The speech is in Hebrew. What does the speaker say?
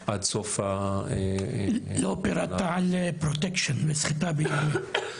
לא פירטת על פרוטקשן וסחיטה באיומים.